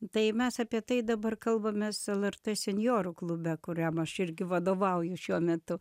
tai mes apie tai dabar kalbamės lrt senjorų klube kuriam aš irgi vadovauju šiuo metu